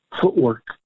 footwork